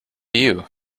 you